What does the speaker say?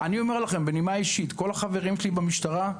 כל החברים שלי הם במשטרה,